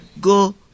go